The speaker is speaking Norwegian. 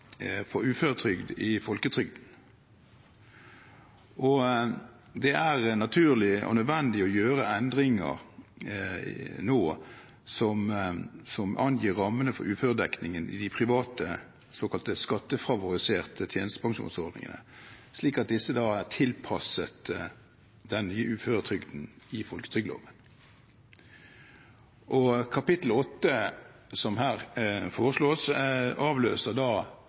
for uføretrygd i folketrygden, og det er nå naturlig og nødvendig å gjøre endringer som angir rammene for uføredekningen i private såkalte skattefavoriserte tjenestepensjonsordninger, slik at disse er tilpasset den nye uføretrygden i folketrygdloven. Kapittel 8, som her foreslås, avløser